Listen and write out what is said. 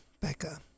Becca